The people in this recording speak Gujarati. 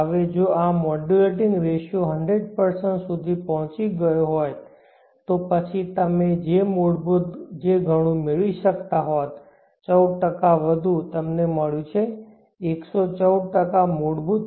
હવે જો આ મોડ્યુલેટિંગ રેશિયો 100 સુધી પહોંચી ગયો હોત તો પછી જે મૂળભૂત તમે ઘણું મેળવી શકતા હોત 14 વધુ તમને મળ્યું છે 114 મૂળભૂત